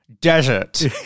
desert